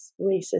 racist